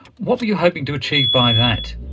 what were you hoping to achieve by that?